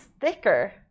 thicker